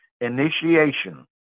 initiation